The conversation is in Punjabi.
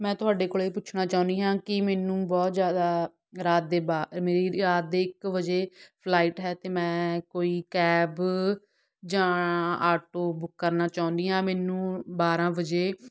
ਮੈਂ ਤੁਹਾਡੇ ਕੋਲ ਇਹ ਪੁੱਛਣਾ ਚਾਹੁੰਦੀ ਹਾਂ ਕਿ ਮੈਨੂੰ ਬਹੁਤ ਜ਼ਿਆਦਾ ਰਾਤ ਦੇ ਬਾ ਮੇਰੀ ਰਾਤ ਦੇ ਇੱਕ ਵਜੇ ਫਲਾਈਟ ਹੈ ਅਤੇ ਮੈਂ ਕੋਈ ਕੈਬ ਜਾਂ ਆਟੋ ਬੁੱਕ ਕਰਨਾ ਚਾਹੁੰਦੀ ਹਾਂ ਮੈਨੂੰ ਬਾਰ੍ਹਾਂ ਵਜੇ